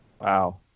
Wow